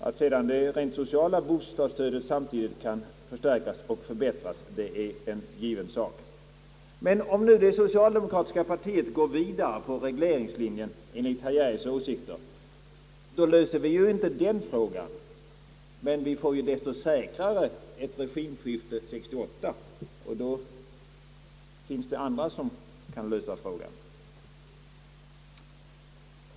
Att sedan det rent sociala bostadsstödet samtidigt bör förstärkas och förbättras är en given sak, men om det socialdemokratiska partiet går vidare på regleringslinjen enligt herr Geijers åsikter, löser vi inte frågan. Då får vi desto säkrare ett regimskifte 1968, och då finns det andra som kan lösa frågan.